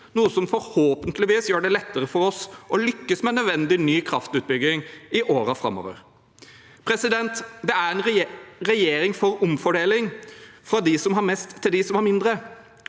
noe som forhåpentligvis gjør det lettere for oss å lykkes med nødvendig ny kraftutbygging i årene framover. Det er en regjering for omfordeling – fra dem som har mest, til dem som har mindre.